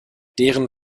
deren